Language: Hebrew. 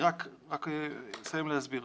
אסיים להסביר.